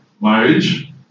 marriage